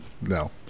No